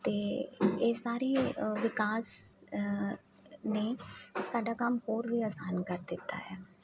ਅਤੇ ਇਹ ਸਾਰੀ ਵਿਕਾਸ ਨੇ ਸਾਡਾ ਕੰਮ ਹੋਰ ਵੀ ਆਸਾਨ ਕਰ ਦਿੱਤਾ ਹੈ